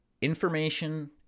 information